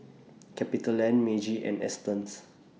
CapitaLand Meiji and Astons